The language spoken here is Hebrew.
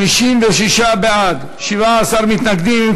56 בעד, 17 מתנגדים.